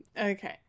Okay